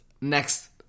next